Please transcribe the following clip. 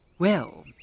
well,